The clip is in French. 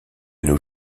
nos